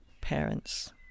parents